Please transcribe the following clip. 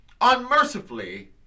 unmercifully